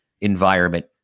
environment